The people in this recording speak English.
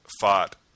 fought